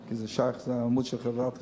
כי זה עמוד של חברת החשמל,